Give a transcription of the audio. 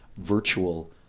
virtual